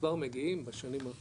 כבר מגיעים בשנים האחרונות,